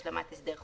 השלמת הסדר חוב."